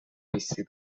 bizi